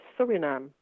Suriname